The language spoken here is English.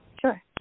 Sure